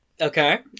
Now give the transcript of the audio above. Okay